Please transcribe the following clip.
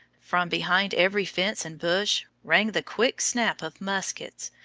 from behind every fence and bush, rang the quick snap of muskets,